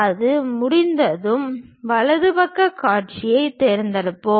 அது முடிந்ததும் வலது பக்க காட்சியைத் தேர்ந்தெடுப்போம்